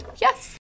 Yes